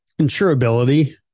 Insurability